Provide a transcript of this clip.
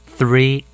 Three